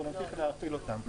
אנחנו נמשיך להפעיל אותם.